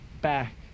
back